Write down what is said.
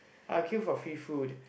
I'll queue for free food